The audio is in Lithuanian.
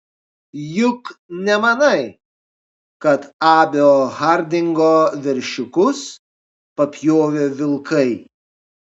juk nemanai kad abio hardingo veršiukus papjovė vilkai